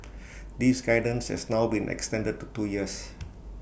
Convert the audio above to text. this guidance has now been extended to two years